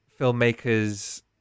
filmmakers